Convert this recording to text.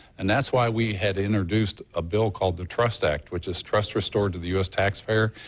and that's why we had introduced a bill called the trust act, which is trust restored to the u s. tax payer.